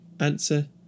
Answer